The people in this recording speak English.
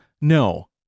no